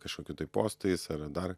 kažkokiu tai postais ar dar